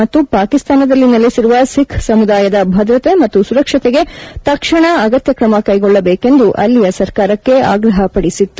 ಮತ್ತು ಪಾಕಿಸ್ತಾನದಲ್ಲಿ ನೆಲೆಸಿರುವ ಸಿಖ್ ಸಮುದಾಯದ ಭದ್ರತೆ ಮತ್ತು ಸುರಕ್ಷತೆಗೆ ತಕ್ಷಣ ಅಗತ್ತಕ್ರಮ ಕೈಗೊಳ್ಳಬೇಕೆಂದು ಅಲ್ಲಿಯ ಸರ್ಕಾರಕ್ಕೆ ಆಗ್ರಪ ಪಡಿಸಿತ್ತು